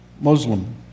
Muslim